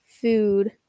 food